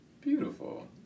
Beautiful